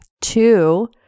Two